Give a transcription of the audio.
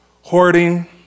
Hoarding